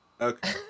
okay